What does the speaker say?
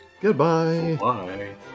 Goodbye